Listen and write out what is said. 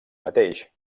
mateix